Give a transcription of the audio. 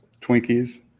Twinkies